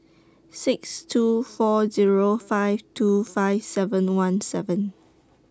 six two four Zero five two five seven one seven